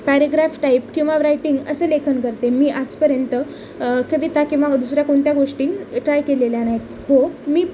paragraph type किंवा writing असं लेखन करते मी आजपर्यंत कविता किंवा दुसऱ्या कोणत्या गोष्टी ट्राय केलेल्या नाहीत हो मी